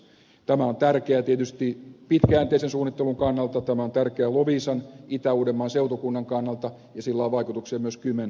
tämä on tärkeää tietysti pitkäjänteisen suunnittelun kannalta tämä on tärkeää loviisan itä uudenmaan seutukunnan kannalta ja sillä on vaikutuksia myös kymen aluekehitystä ajatellen